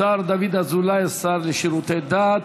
השר דוד אזולאי, השר לשירותי דת.